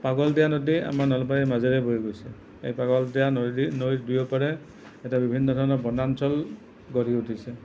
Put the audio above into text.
পাগলদিয়া নদী আমাৰ নলবাৰীৰ মাজেৰে বৈ গৈছে এই পাগলদিয়া নৈৰ নৈৰ দুয়োপাৰে এতিয়া বিভিন্ন ধৰণৰ বনাঞ্চল গঢ়ি উঠিছে